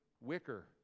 wicker